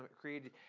created